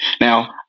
Now